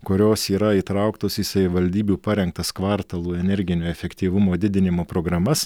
kurios yra įtrauktos į savivaldybių parengtas kvartalų energinio efektyvumo didinimo programas